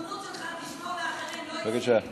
את הפטרונות שלך תשמור לאחרים, לא אצלי, בסדר?